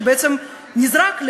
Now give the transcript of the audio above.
שבעצם נזרק לשוליים?